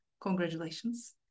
Congratulations